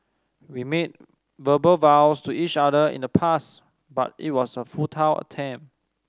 we made verbal vows to each other in the past but it was a futile attempt